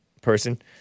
person